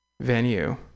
venue